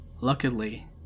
Luckily